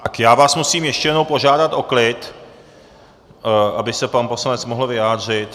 Tak já vás musím ještě jednou požádat o klid, aby se pan poslanec mohl vyjádřit.